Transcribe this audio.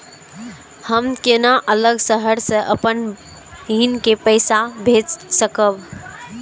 हम केना अलग शहर से अपन बहिन के पैसा भेज सकब?